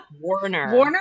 Warner